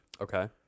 Okay